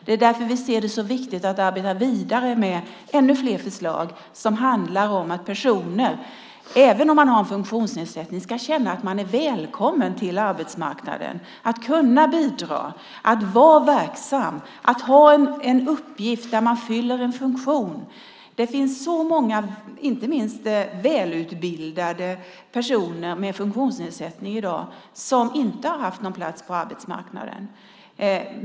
Det är därför vi anser det så viktigt att arbeta vidare med ännu fler förslag som handlar om att man, även om man har en funktionsnedsättning, ska känna att man är välkommen till arbetsmarknaden. Det handlar om att kunna bidra, att vara verksam och att ha en uppgift där man fyller en funktion. Det finns så många i dag, inte minst välutbildade personer med funktionsnedsättning, som inte har haft någon plats på arbetsmarknaden.